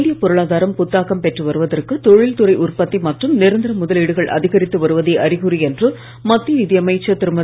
இந்திய பொருளாதாரம் புத்தாக்கம் பெற்று வருவதற்கு தொழில்துறை உற்பத்தி மற்றும் நிரந்திர முதலீடுகள் அதிகரித்து வருவதே அறிகுறி என்று மத்திய நிதி அமைச்சர் திருமதி